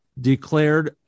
declared